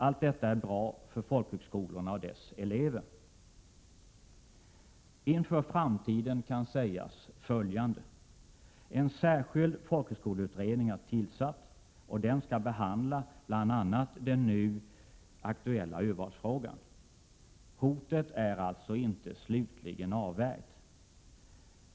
Allt detta är bra för folkhögskolorna och för deras elever. Inför framtiden kan sägas följande. En särskild folkhögskoleutredning har tillsatts, och den skall behandla bl.a. den nu aktuella urvalsfrågan. Hotet är alltså inte slutligen avvärjt.